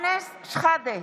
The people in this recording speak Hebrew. שחאדה,